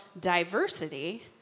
diversity